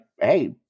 hey